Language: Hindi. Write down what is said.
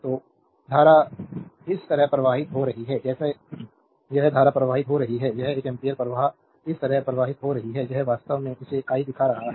तो धारा इस तरह प्रवाहित हो रही है जैसे यह धारा प्रवाहित हो रही है यह एक एम्पीयर प्रवाह इस तरह प्रवाहित हो रही है यह वास्तव में इसे i दिखा रहा है